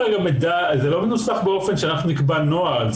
זה לא מנוסח באופן שאנחנו נקבע נוהל.